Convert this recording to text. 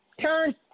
turn